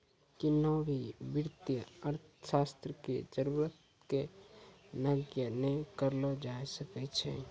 किन्हो भी वित्तीय अर्थशास्त्र के जरूरत के नगण्य नै करलो जाय सकै छै